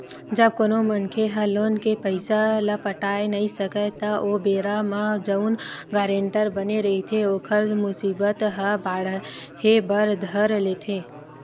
जब कोनो मनखे ह लोन के पइसा ल पटाय नइ सकय त ओ बेरा म जउन गारेंटर बने रहिथे ओखर मुसीबत ह बाड़हे बर धर लेथे